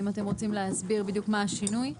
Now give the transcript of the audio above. האם אתם רוצים להסביר בדיוק מה השינוי?